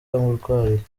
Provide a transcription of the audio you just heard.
arwariye